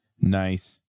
Nice